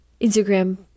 Instagram